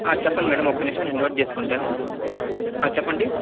చెప్పండి మ్యాడమ్ ఒక నిమిషం నేను నోట్ చేసుకుంటాను చెప్పండి